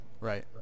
Right